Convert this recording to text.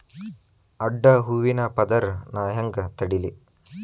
ಅಡ್ಡ ಹೂವಿನ ಪದರ್ ನಾ ಹೆಂಗ್ ತಡಿಲಿ?